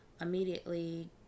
immediately